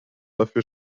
dafür